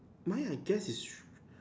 mine I guess is s~